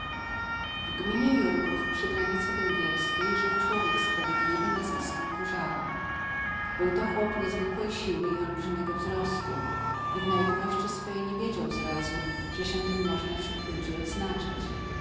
w gminie jurgów przy granicy węgierskiej żył człowiek sprawiedliwy nazwiskiem kurzawa był to chłop niezwykłej siły i olbrzymiego wzrostu i w naiwności swej nie wiedział zrazu że się tym można wśród ludzi odznaczać